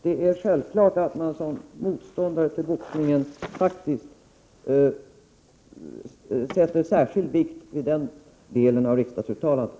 Det är självklart att man som motståndare till boxningen lägger särskild vikt vid den delen av riksdagsuttalandet.